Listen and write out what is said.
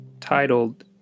titled